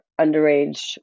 underage